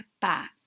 back